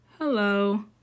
Hello